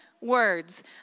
words